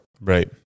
Right